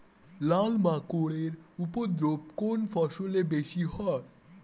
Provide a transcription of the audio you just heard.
লাল মাকড় এর উপদ্রব কোন ফসলে বেশি হয়?